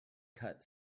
cut